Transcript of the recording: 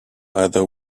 either